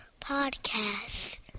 podcast